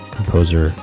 Composer